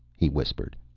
he whispered.